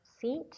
seat